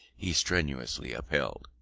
he strenuously upheld.